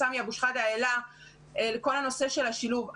סמי אבו שחאדה העלה לגבי כל הנושא של השילוב.